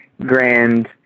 grand